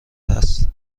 است